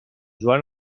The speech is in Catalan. joan